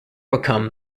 become